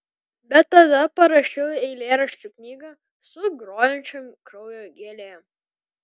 bet tada parašiau eilėraščių knygą su grojančiom kraujo gėlėm